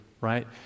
right